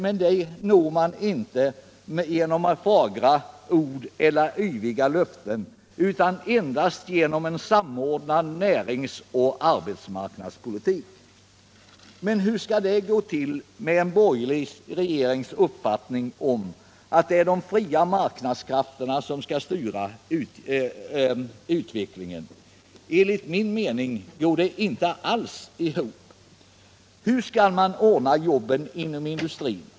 Men det når man inte med fagra ord eller yviga löften utan endast genom en samordnad näringsoch arbetsmarknadspolitik. Men hur skall en borgerlig regering med sin uppfattning att de fria marknadskrafterna skall styra utvecklingen kunna åstadkomma det? Enligt min mening går det inte alls ihop. Hur skall man åstadkomma jobben inom industrin?